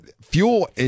Fuel